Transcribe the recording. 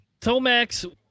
Tomax